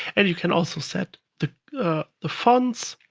and you can also set the the fonts,